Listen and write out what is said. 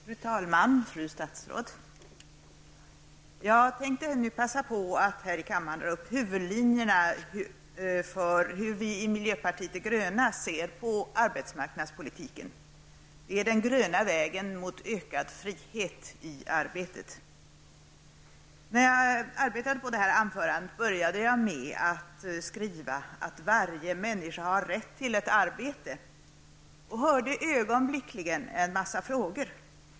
Fru talman! Fru statsråd! Jag tänker nu passa på att här i kammaren dra upp huvudlinjerna för hur vi i miljöpartiet de gröna ser på arbetsmarknadspolitiken. Det är den gröna vägen mot ökad frihet i arbetet. När jag förberedde på det här anförandet började jag med att skriva att varje människa har rätt till ett arbete. Ögonblickligen hörde jag en massa frågor.